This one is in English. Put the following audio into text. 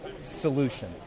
solution